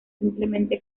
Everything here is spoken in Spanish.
simplemente